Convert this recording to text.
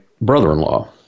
brother-in-law